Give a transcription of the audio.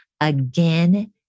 again